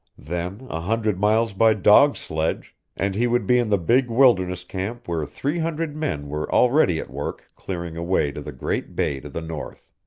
then a hundred miles by dog-sledge and he would be in the big wilderness camp where three hundred men were already at work clearing a way to the great bay to the north.